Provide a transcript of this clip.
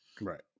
Right